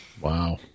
Wow